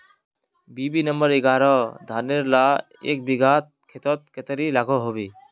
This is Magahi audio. बी.बी नंबर एगारोह धानेर ला एक बिगहा खेतोत कतेरी लागोहो होबे?